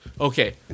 Okay